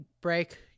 break